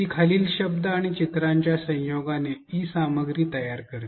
ती खालील शब्द आणि चित्रांच्या संयोगाने ई सामग्री तयार करते